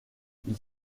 ils